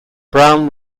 brown